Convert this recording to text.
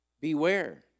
Beware